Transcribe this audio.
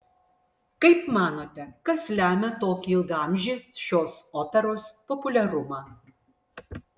kaip manote kas lemia tokį ilgaamžį šios operos populiarumą